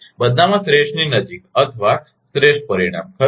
બધામાં શ્રેષ્ઠની નજીક અથવા શ્રેષ્ઠ પરિણામ ખરુ ને